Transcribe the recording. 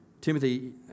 Timothy